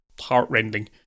heart-rending